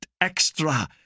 extra